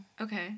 Okay